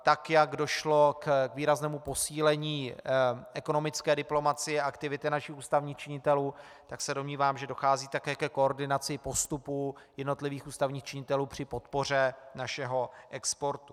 Tak jak došlo k výraznému posílení ekonomické diplomacie a aktivity našich ústavních činitelů, tak se domnívám, že dochází také ke koordinaci postupů jednotlivých ústavních činitelů při podpoře našeho exportu.